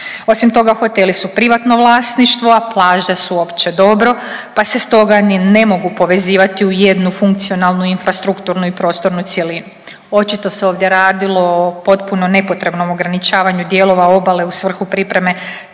Osim toga, hoteli su privatno vlasništvo, a plaže su opće dobro pa se stoga ni ne mogu povezivati u jednu funkcionalnu infrastrukturnu i prostornu cjelinu. Očito se ovdje radilo o potpuno nepotrebnom ograničavanju dijelova obale u svrhu pripreme